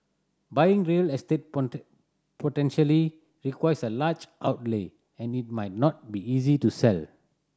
buying real estate potentially requires a large outlay and it might not be easy to sell